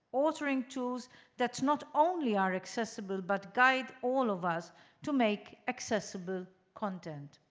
ordering tools that not only are accessible but guide all of us to make accessible content.